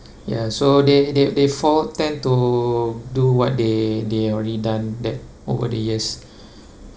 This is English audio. ya so they they they fall tend to do what they they already done that over the years